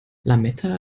lametta